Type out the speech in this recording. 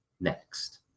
next